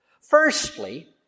Firstly